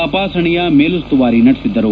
ತಪಾಸಣೆಯ ಮೇಲುಸ್ತುವಾರಿ ನಡೆಸಿದರು